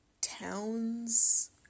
towns